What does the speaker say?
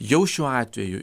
jau šiuo atveju